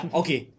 okay